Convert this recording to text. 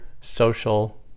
social